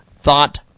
thought